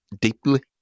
deeply